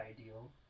ideal